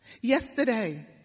Yesterday